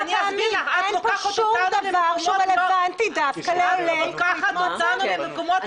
אין פה שום דבר שהוא רלוונטי דווקא לעולי ברית המועצות.